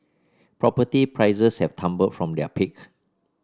property prices have tumbled from their peak